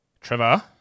Trevor